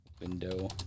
window